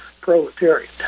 proletariat